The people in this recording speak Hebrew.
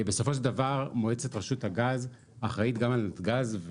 בסופו של דבר מועצת רשות הגז אחראית גם על נתג"ז,